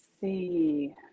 see